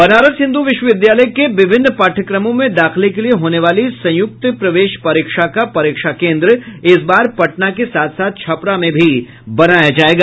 बनारस हिन्दू विश्वविद्यालय के विभिन्न पाठयक्रमों में दाखिले के लिए होने वाली संयुक्त प्रवेश परीक्षा का परीक्षा केन्द्र इस बार पटना के साथ साथ छपरा में भी बनाया जायेगा